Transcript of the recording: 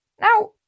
Now